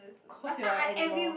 cause you are an animal